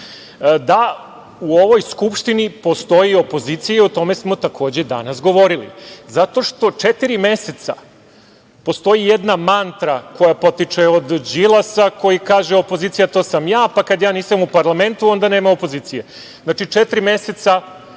da u ovoj Skupštini postoji opozicija, o čemu smo takođe danas govorili. Zato što četiri meseca postoji jedna mantra koja potiče od Đilasa koji kaže - opozicija, to sam ja, pa kad ja nisam u parlamentu, onda nema opozicije. Znači, četiri meseca